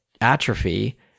atrophy